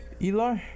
Eli